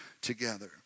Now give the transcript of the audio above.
together